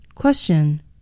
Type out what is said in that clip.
Question